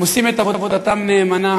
הם עושים את עבודתם נאמנה,